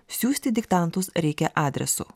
siųsti diktantus reikia adresu